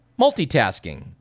multitasking